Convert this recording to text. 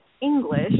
English